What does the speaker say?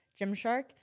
Gymshark